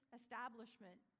establishment